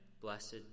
Blessed